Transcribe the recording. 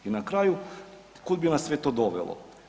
I na kraju, kud bi nas sve to dovelo?